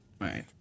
right